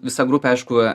visa grupė aišku